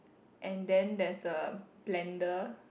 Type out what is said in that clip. and then there's a blender